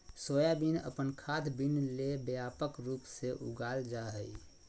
soybean अपन खाद्य bean ले व्यापक रूप से उगाल जा हइ